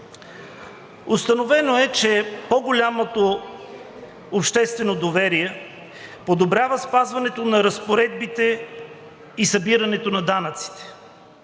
Установено е, че по-голямото обществено доверие подобрява спазването на разпоредбите и събирането на данъците,